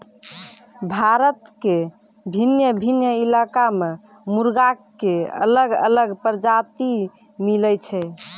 भारत के भिन्न भिन्न इलाका मॅ मुर्गा के अलग अलग प्रजाति मिलै छै